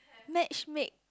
matchmake